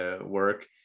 work